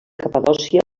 capadòcia